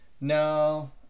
No